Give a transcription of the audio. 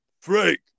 Frank